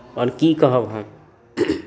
आओर की कहब हम